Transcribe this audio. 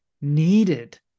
needed